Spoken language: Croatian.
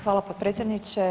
Hvala potpredsjedniče.